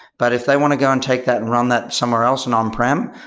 but if they want to go and take that and run that somewhere else and on-prem,